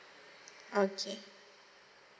okay